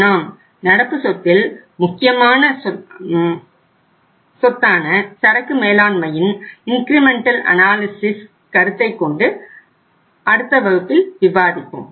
நாம் நடப்பு சொத்தில் முக்கியமான சரக்கு மேலாண்மையின் இன்கிரிமெண்டல் அனாலிசிஸ் கருத்தை கொண்டு விவாதிப்போம்